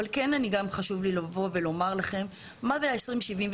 כן חשוב לי לבוא ולומר לכם, מה זה ה-20/73?